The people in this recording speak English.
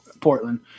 Portland